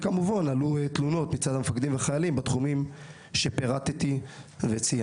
כמובן עלו תלונות מצד מפקדים וחיילים בתחומים שפירטתי וציינתי.